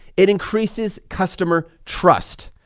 it increases customer trust,